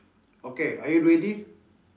okay are you ready